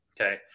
okay